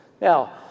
Now